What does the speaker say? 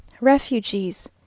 Refugees